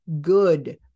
good